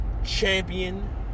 champion